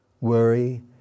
worry